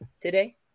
today